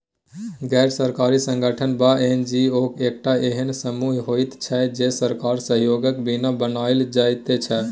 गैर सरकारी संगठन वा एन.जी.ओ एकटा एहेन समूह होइत छै जे सरकारक सहयोगक बिना बनायल जाइत छै